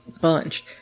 bunch